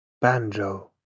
Banjo